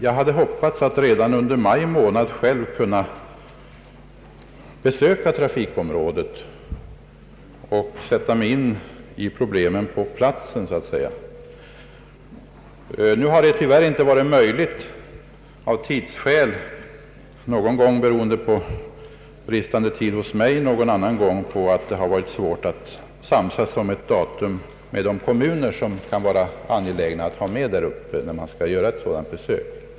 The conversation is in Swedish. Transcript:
Jag hade hoppats att redan under maj månad själv kunna besöka detta trafikområde och sätta mig in i problemet på platsen. Nu har det tyvärr inte varit möjligt av tidsskäl, någon gång beroende på bristande tid för min del, någon gång på att det har varit svårt att samsas om lämpligt datum med de parter, bl.a. de kommunalmän, som det kan vara angeläget att få träffa vid ett besök däruppe.